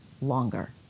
longer